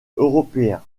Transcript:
européens